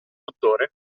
dottore